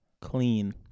Clean